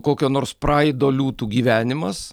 kokio nors praido liūtų gyvenimas